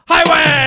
Highway